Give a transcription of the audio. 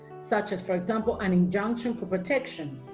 such as, for example, an injunction for protection,